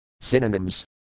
Synonyms